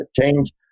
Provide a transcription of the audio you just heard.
change